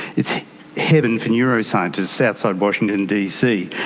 it's heaven for neuroscientists outside washington dc.